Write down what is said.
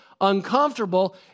uncomfortable